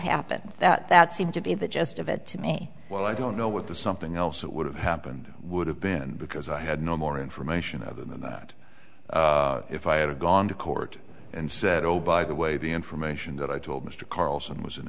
happened that that seemed to be the gist of it to me well i don't know what the something else that would have happened would have been because i had no more information other than that if i had gone to court and said oh by the way the information that i told mr carlson was